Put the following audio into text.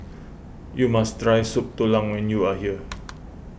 you must try Soup Tulang when you are here